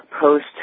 Post